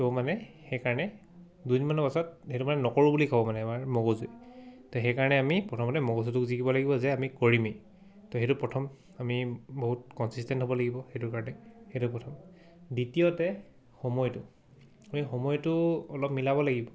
ত' মানে সেইকাৰণে দুদিনমানৰ পাছত সেইটো মানে নকৰোঁ বুলি কওঁ মানে আমাৰ মগজুৱে ত' সেইকাৰণে আমি প্ৰথমতে মগজুটোক জিকিব লাগিব যে আমি কৰিমেই ত' সেইটো প্ৰথম আমি বহুত কনচিষ্টেণ্ট হ'ব লাগিব সেইটো কাৰণে সেইটো প্ৰথম দ্বিতীয়তে সময়টো আমি সময়টো অলপ মিলাব লাগিব